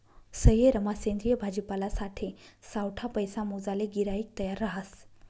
सयेरमा सेंद्रिय भाजीपालासाठे सावठा पैसा मोजाले गिराईक तयार रहास